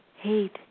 hate